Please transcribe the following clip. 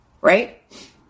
right